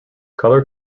color